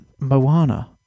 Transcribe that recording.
Moana